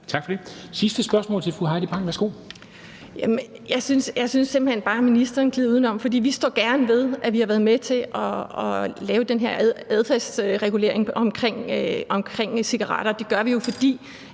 Tak for det.